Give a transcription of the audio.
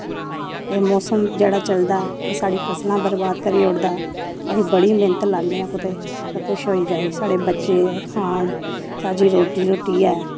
एह् मौसम जेह्ड़ा चलदा ऐ एह् साढ़ी फसलां बर्बाद करी ओड़दा ऐ अस बड़ी मेह्नत लाने आं कुतै कुछ होई जाए साढ़े बच्चे खान साढ़ी रोज्जी रुट्टी ऐ